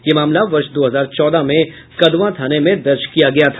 यह मामला वर्ष दो हजार चौदह में कदवा थाने में दर्ज किया गया था